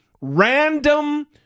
random